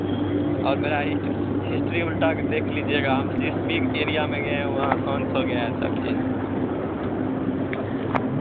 और मेरा hist history उल्टा कर देख लीजिएगा हम जिस भी एरिया में गए हैं वहाँ शांत हो गया है सब चीज़